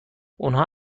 اونها